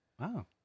Wow